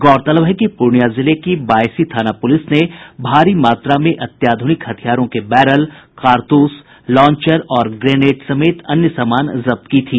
गौरतलब है कि पूर्णिया जिले की बायसी थाना पुलिस ने भारी मात्रा में अत्याधुनिक हथियारों के बैरल कारतूस लांचर और ग्रेनेड समेत अन्य सामान जब्त की थी